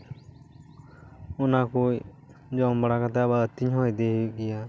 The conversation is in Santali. ᱚᱱᱟᱠᱩᱡ ᱡᱚᱢ ᱵᱟᱲᱟ ᱠᱟᱛᱮ ᱟᱵᱟᱨ ᱟ ᱛᱤᱧ ᱦᱚᱸ ᱤᱫᱤ ᱦᱩᱭᱩᱜ ᱜᱮᱭᱟ